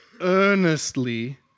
earnestly